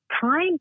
time